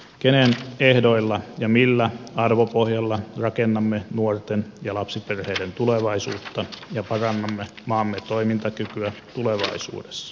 kenen ehdoilla ja millä arvopohjalla rakennamme nuorten ja lapsiperheiden tulevaisuutta ja parannamme maamme toimintaky kyä tulevaisuudessa